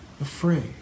afraid